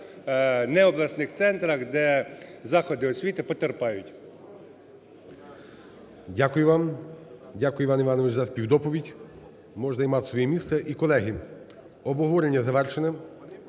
не обласних центрах, де заходи освіти потерпають.